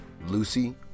Lucy